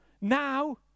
Now